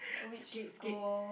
oh which school